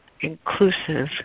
inclusive